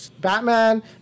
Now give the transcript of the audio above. batman